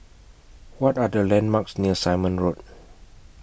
What Are The landmarks near Simon Road